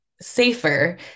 safer